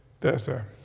better